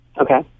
okay